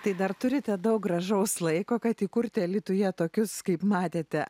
tai dar turite daug gražaus laiko kad įkurti alytuje tokius kaip matėte